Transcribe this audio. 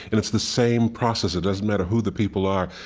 and it's the same process. it doesn't matter who the people are.